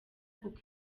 kuko